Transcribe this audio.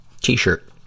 T-shirt